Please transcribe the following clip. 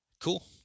Cool